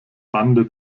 bande